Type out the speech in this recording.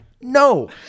no